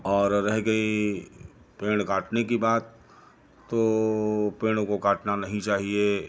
और रह गई पेड़ काटने की बात तो पेड़ों को काटना नहीं चाहिए